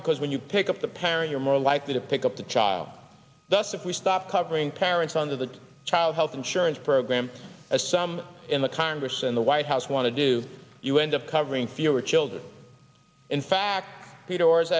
because when you pick up the parent you're more likely to pick up the child thus if we stop covering parents on the child health insurance program as some in the congress and the white house want to do you end up covering fewer children in fact the doors